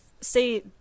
say